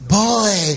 boy